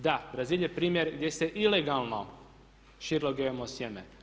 Da, Brazil je primjer gdje se ilegalno širilo GMO sjeme.